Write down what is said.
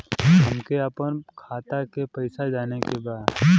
हमके आपन खाता के पैसा जाने के बा